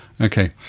Okay